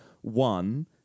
one